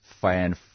fan